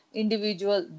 individual